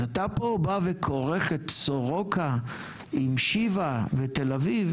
אתה כורך פה את סורוקה עם שיבא ותל אביב,